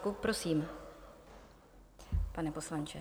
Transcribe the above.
Prosím, pane poslanče.